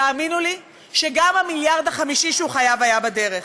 תאמינו לי שגם המיליארד החמישי שהוא חייב היה בדרך.